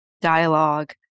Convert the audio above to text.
dialogue